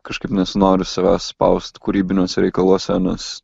kažkaip nesinori savęs spaust kūrybiniuose reikaluose nes